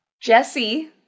Jesse